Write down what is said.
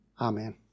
Amen